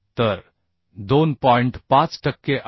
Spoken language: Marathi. तर 800 चे 2